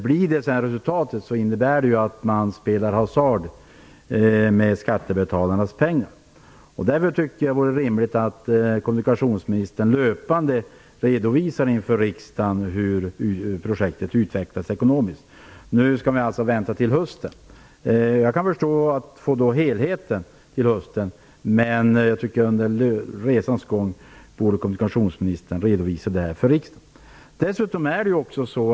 Blir det resultatet, innebär det att man spelar hasard med skattebetalarnas pengar. Därför tycker jag att det vore rimligt att kommunikationsministern löpande redovisade inför riksdagen hur projektet utvecklas ekonomiskt. Nu skall vi alltså vänta till hösten. Jag kan förstå att man får en helhetsbild först till hösten, men jag tycker att kommunikationsministern under resans gång borde göra redovisningar för riksdagen.